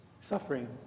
Suffering